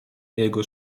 jego